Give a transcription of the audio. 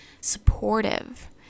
supportive